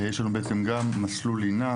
יש לנו בעצם גם מסלול לינה,